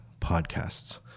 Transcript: podcasts